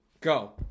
Go